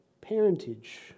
parentage